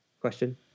question